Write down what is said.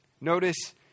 Notice